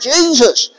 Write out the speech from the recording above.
Jesus